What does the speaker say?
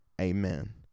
amen